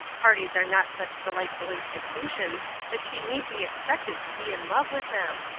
parties are not such delightful institutions that she need be expected to be in love with them.